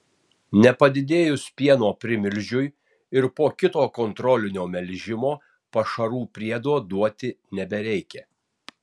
nepadidėjus pieno primilžiui ir po kito kontrolinio melžimo pašarų priedo duoti nebereikia